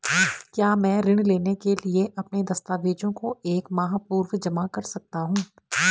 क्या मैं ऋण लेने के लिए अपने दस्तावेज़ों को एक माह पूर्व जमा कर सकता हूँ?